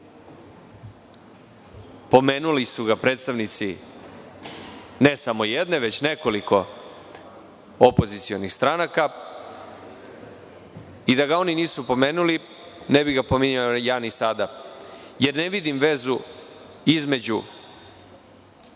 Pomenuli su ga predstavnici ne samo jedne, već nekoliko opozicionih stranaka i da ga oni nisu pomenuli, ne bi ga pominjao ja ni sada, jer ne vidim vezu između